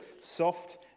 soft